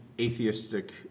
atheistic